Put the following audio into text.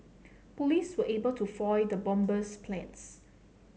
police were able to foil the bomber's plans